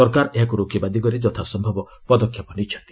ସରକାର ଏହାକ୍ର ରୋକିବା ଦିଗରେ ଯଥାସମ୍ଭବ ପଦକ୍ଷେପ ନେଇଛନ୍ତି